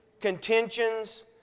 contentions